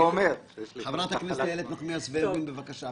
חברת הכנסת איילת נחמיאס ורבין, בבקשה.